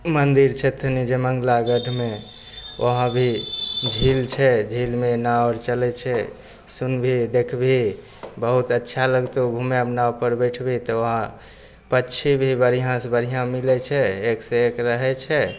मंदिर छथिन जय मङ्गलागढ़मे वहाँ भी झील छै झीलमे नाओ आर चलैत छै सुनबीही देखबीही बहुत अच्छा लगतहुँ घूमेमे नाव पर बैठबिही तऽ वहाँ पछी भी बढ़िआँसँ बढ़िआँ मिलैत छै एक से एक रहैत छै